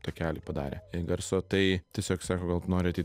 takelį padarę garso tai tiesiog sako gal tu nori ateit